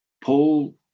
Paul